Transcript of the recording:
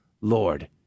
Lord